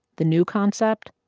the new concept?